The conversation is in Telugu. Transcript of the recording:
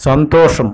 సంతోషం